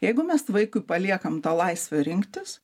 jeigu mes vaikui paliekam tą laisvę rinktis